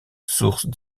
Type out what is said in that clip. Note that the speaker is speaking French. source